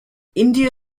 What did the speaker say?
india